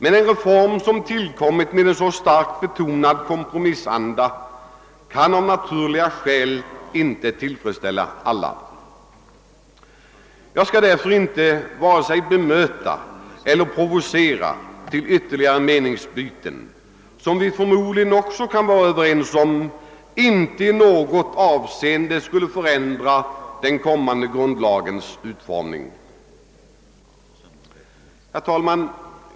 En reform som tillkommit i så starkt betonad kompromissanda kan emellertid av naturliga skäl inte tillfredsställa alla. Jag skall därför inte vare sig bemöta eller provocera till ytterligare meningsutbyten som — vilket vi förmodligen kan vara överens om — inte i något avseende skulle förändra den kommande grundlagens utformning. Herr talman!